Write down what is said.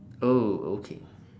oh okay